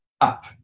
up